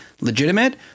legitimate